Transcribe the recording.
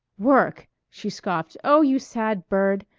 work! she scoffed. oh, you sad bird!